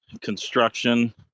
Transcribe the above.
construction